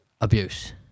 abuse